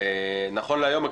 נכון להיום,